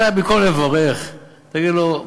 אתה, במקום לברך, להגיד לו: